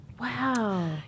Wow